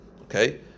Okay